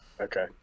Okay